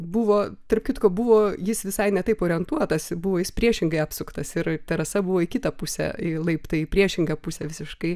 buvo tarp kitko buvo jis visai ne taip orientuotasi buvo jis priešingai apsuktas ir terasa buvo į kitą pusę į laiptai į priešingą pusę visiškai